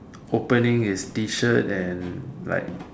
opening his T-shirt and like